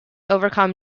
overcome